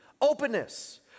openness